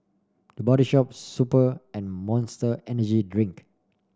The Body Shop Super and Monster Energy Drink